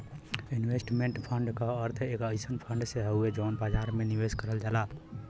investment fund क अर्थ एक अइसन फण्ड से हउवे जौन बाजार में निवेश करल जाला